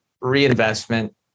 reinvestment